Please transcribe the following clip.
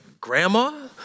grandma